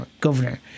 governor